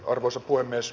arvoisa puhemies